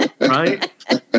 Right